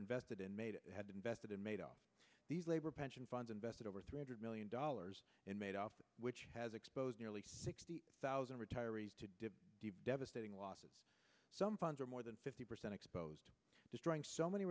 invested and made had invested in made up these labor pension funds invested over three hundred million dollars and made off which has exposed nearly sixty thousand retirees to deep devastating losses some funds are more than fifty percent exposed destroying so many